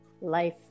life